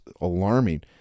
alarming